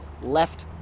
left